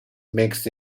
makes